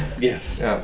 Yes